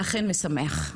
אכן משמח.